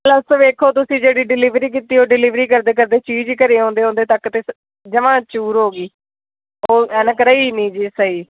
plus ਵੇਖੋ ਤੁਸੀਂ ਜਿਹੜੀ ਡਿਲੀਵਰੀ ਕੀਤੀ ਹੈ ਉਹ ਡਿਲੀਵਰੀ ਕਰਦੇ ਕਰਦੇ ਚੀਜ਼ ਘਰ ਆਉਂਦੇ ਆਉਂਦੇ ਤੱਕ ਤਾਂ ਜਮਾਂ ਚੂਰ ਹੋ ਗਈ ਉਹ ਐਨਕ ਰਹੀ ਨਹੀਂ ਜੀ ਸਹੀ